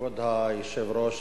כבוד היושב-ראש,